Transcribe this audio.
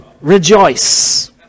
Rejoice